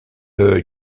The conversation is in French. œil